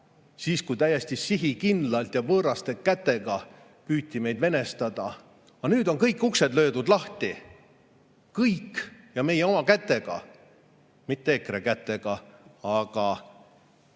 ajal, kui täiesti sihikindlalt ja võõraste kätega püüti meid venestada. Aga nüüd on kõik uksed löödud lahti, kõik, ja meie oma kätega. Mitte EKRE kätega, aga